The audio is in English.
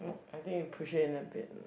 I think you push it in a bit